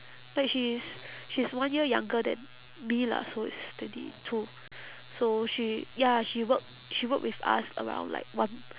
like she is she is one year younger than me lah so it's twenty two so she ya she work she work with us around like one